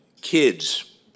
kids